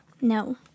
No